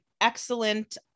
excellent